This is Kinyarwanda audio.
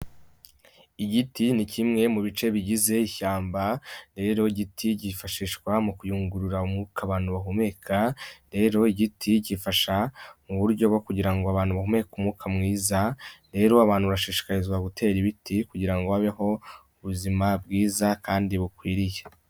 Igiti ni kimwe mu bice bigize ishyamba, rero igiti cyifashishwa mu kuyungurura umwuka abantu bahumeka, rero igiti gifasha mu buryo bwo kugira ngo abantu bahumeke umwuka mwiza, rero abantu barashishikarizwa gutera ibiti kugira ngo habeho ubuzima bwiza kandi bukwiriye.